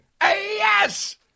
yes